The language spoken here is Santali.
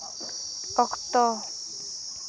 ᱚᱠᱛᱚ